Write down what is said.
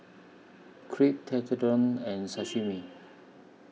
Crepe Tekkadon and Sashimi